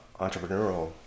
entrepreneurial